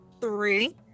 three